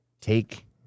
take